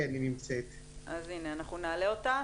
אנחנו נעלה אותה.